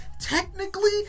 technically